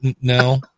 No